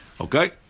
Okay